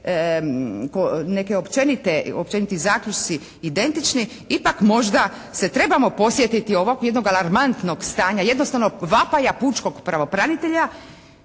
općeniti zaključci identični, ipak možda se trebamo podsjetiti ovakvog jednog alarmantnog stanja, jednostavno vapaja pučkog pravobranitelja